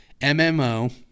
MMO